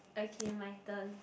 okay my turn